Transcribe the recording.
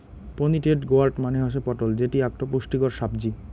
pointed gourd মানে হসে পটল যেটি আকটো পুষ্টিকর সাব্জি